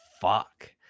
fuck